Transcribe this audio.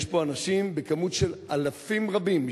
יש פה אנשים בכמות של אלפים רבים,